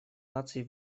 наций